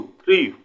three